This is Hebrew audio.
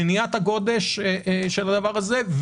מניעת הגודש ושוויון,